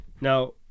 now